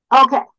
Okay